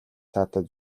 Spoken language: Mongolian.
таатай